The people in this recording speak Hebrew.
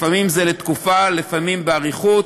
לפעמים זה לתקופה, לפעמים לאורך זמן.